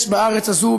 יש בארץ הזו,